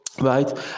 right